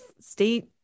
state